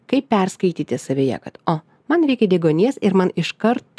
kaip perskaityti savyje kad o man reikia deguonies ir man iš kart